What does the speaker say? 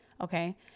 okay